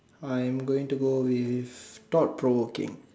I'm going to go with thought provoking